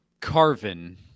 Carvin